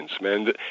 man